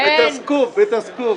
את הסקופ, את הסקופ.